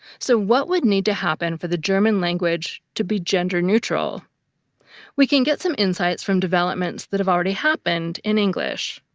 so what would need to happen for the german language to be gender-neutral? we can get some insights from developments that have already happened in english.